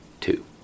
Two